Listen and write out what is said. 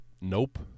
Nope